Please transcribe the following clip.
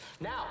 Now